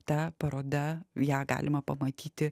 ta paroda ją galima pamatyti